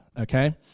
okay